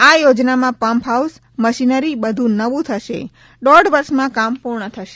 આ યોજનામાં pump house machinery બધુ નવું થશે દોઢ વર્ષમાં કામ પૂર્ણ કરાશે